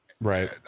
Right